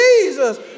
Jesus